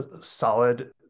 solid